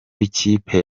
b’ikipe